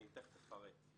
אני תכף אפרט.